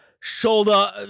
Shoulder